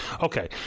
Okay